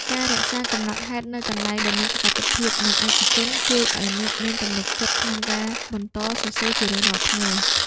ការរក្សាកំណត់ហេតុនៅកន្លែងដែលមានសុវត្ថិភាព និងឯកជន ជួយឱ្យអ្នកមានទំនុកចិត្តក្នុងការបន្តសរសេរជារៀងរាល់ថ្ងៃ។